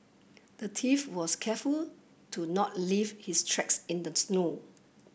the thief was careful to not leave his tracks in the snow